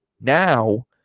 Now